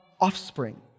offspring